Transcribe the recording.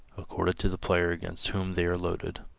accorded to the player against whom they are loaded.